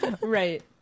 Right